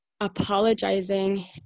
Apologizing